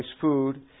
food